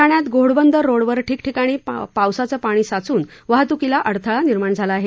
ठाण्यात घोडबंदर रोडवर ठिकठिकाणी पावसाचं पाणी साचून वाहत्कीला अडथळे निर्माण होत आहेत